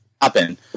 happen